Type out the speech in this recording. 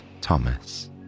Thomas